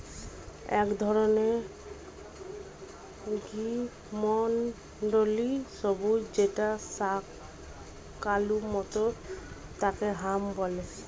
এক ধরনের গ্রীষ্মমন্ডলীয় সবজি যেটা শাকালু মতো তাকে হাম বলে